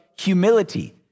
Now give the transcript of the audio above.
humility